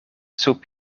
sub